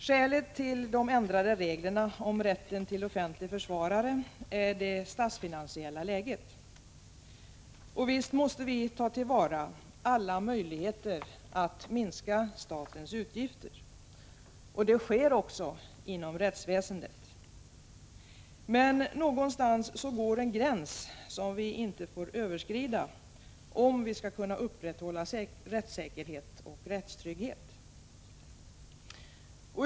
Skälet till de ändrade reglerna om rätt till offentlig försvarare är det statsfinansiella läget. Visst måste vi ta vara på alla möjligheter att minska statens utgifter. Det sker också inom rättsväsendet. Men någonstans går en gräns som vi inte får överskrida, om vi skall kunna upprätthålla rättssäkerhet och rättstrygghet.